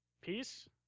Peace